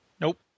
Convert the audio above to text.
Nope